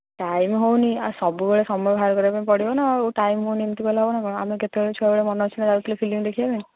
time ହେଉନି ଆଉ ସବୁବେଳେ ସମୟ ବାହାର କରିବାକୁ ପଡ଼ିବ ନା ଆଉ ଟାଇମ୍ ହେଉନି ଏମତି କହିଲେ ହେବ ନା କ'ଣ ଆମେ ସେତେବେଳେ ଛୁଆବେଳେ ମନ ଇଚ୍ଛା ଯାଉଥିଲେ ଫିଲ୍ମ ଦେଖିବା ପାଇଁ